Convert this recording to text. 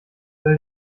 will